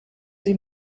sie